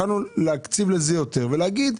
יכולנו להקציב לזה יותר ולהגיד,